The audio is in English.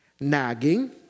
nagging